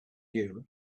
you